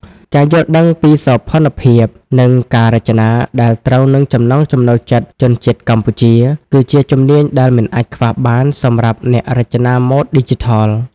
ការយល់ដឹងពីសោភ័ណភាព និងការរចនាដែលត្រូវនឹងចំណង់ចំណូលចិត្តជនជាតិខ្មែរ គឺជាជំនាញដែលមិនអាចខ្វះបានសម្រាប់អ្នករចនាម៉ូដឌីជីថល។